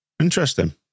Interesting